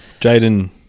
Jaden